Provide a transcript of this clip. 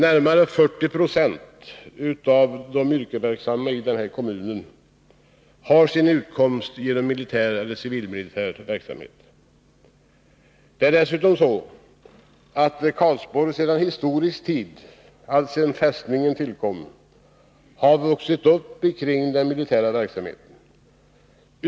Närmare 40 96 av de yrkesverksamma i denna kommun har sin utkomst inom militär och civilmilitär verksamhet. Dessutom har Karlsborg sedan historisk tid, alltsedan fästningen tillkom, vuxit upp kring den militära verksamheten.